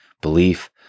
belief